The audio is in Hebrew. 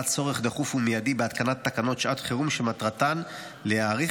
עלה צורך דחוף ומיידי בהתקנת תקנות שעת חירום שמטרתן להאריך